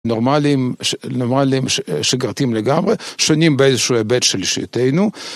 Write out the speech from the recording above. נורמלים, נורמלים שגרתיים לגמרי, שונים באיזשהו היבט של שאלתינו.